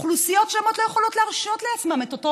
אוכלוסיות שלמות לא יכולות להרשות לעצמן את אותו